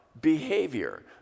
behavior